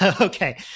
Okay